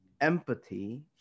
empathy